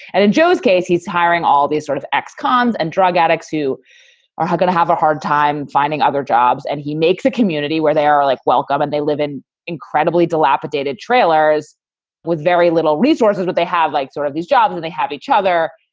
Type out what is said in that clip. and in joe's case, he's hiring all these sort of ex-cons and drug addicts who are going to have a hard time finding other jobs. and he makes a community where they are like welcome. and they live in incredibly dilapidated trailers with very little resources. but they have like sort of these jobs and they have each other.